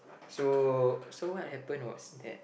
so so what happen was that